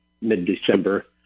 mid-December